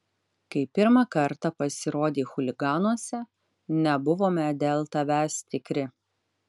kai pirmą kartą pasirodei chuliganuose nebuvome dėl tavęs tikri